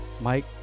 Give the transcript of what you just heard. Mike